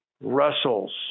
Russell's